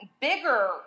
bigger